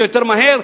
זה יותר מהר,